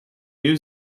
new